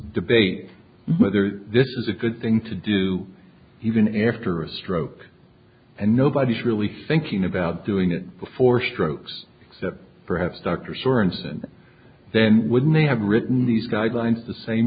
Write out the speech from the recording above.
debate whether this is a good thing to do even after a stroke and nobody's really thinking about doing it before strokes except perhaps dr sorenson then wouldn't they have written these guidelines the same